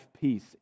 peace